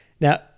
Now